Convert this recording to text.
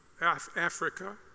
Africa